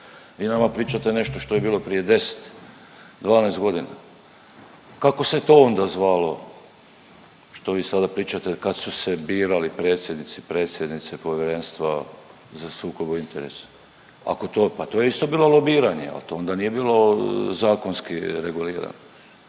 Vi nama pričate nešto što je bilo prije 10, 12 godina. Kako se to onda zvalo što vi sada pričate kad su se birali predsjednici, predsjednice Povjerenstva za sukob interesa ako to, pa to je isto bilo lobiranje. To onda nije bilo zakonski regulirano.